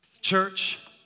Church